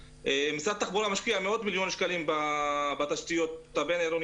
משרד התחבורה משקיע מאות מיליוני שקלים בתשתיות הבין-עירוניות,